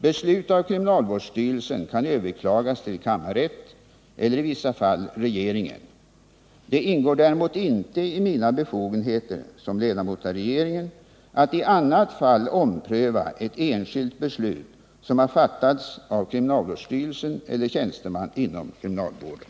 Beslut av kriminalvårdsstyrelsen kan överklagas till kammarrätt eller i vissa fall regeringen. Det ingår däremot inte i mina befogenheter som ledamot av regeringen att i annat fall ompröva ett enskilt beslut som har fattats av kriminalvårdsstyrelsen eller tjänsteman inom kriminalvården.